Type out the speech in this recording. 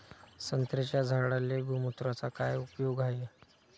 संत्र्याच्या झाडांले गोमूत्राचा काय उपयोग हाये?